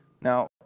Now